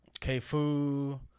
KFU